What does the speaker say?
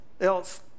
else